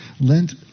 Lent